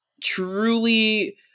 truly